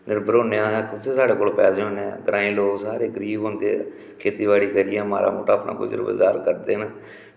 निर्भर होन्ने आं असें कुत्थै साढ़े कोल पैसे होंदे ग्रांईं लोग सारे गरीब होंदे खेती बाड़ी करियै माड़ा मुट्टा अपना गुजर गुजार करदे न